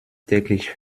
täglich